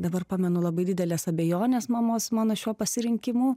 dabar pamenu labai didelės abejonės mamos mano šiuo pasirinkimu